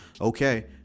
okay